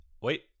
Wait